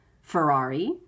Ferrari